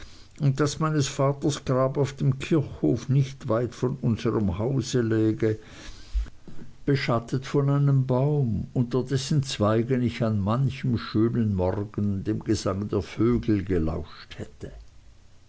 und daß meines vaters grab auf dem kirchhof nicht weit von unserm hause läge beschattet von einem baum unter dessen zweigen ich an manchem schönen morgen dem gesang der vögel gelauscht hätte